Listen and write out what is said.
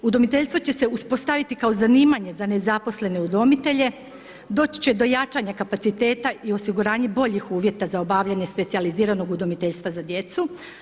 Udomiteljstvo će se uspostaviti kao zanimanje za nezaposlene udomitelje, doći će do jačanja kapaciteta i osiguranje boljih uvjeta za obavljanje specijaliziranog udomiteljstva za djecu.